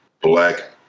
black